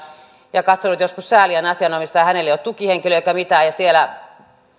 ja katsonut joskus säälien asianomistajaa hänellä ei ole tukihenkilöä eikä mitään siellä